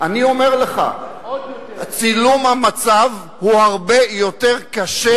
אני אומר לך צילום המצב הוא הרבה יותר קשה,